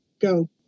go